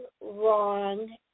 wrong